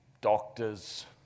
doctors